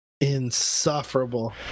Insufferable